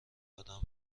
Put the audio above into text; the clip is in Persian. ادم